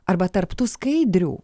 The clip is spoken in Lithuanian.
arba tarp tų skaidrių